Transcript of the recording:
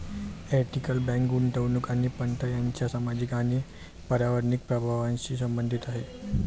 ethical bank गुंतवणूक आणि पत यांच्या सामाजिक आणि पर्यावरणीय प्रभावांशी संबंधित आहे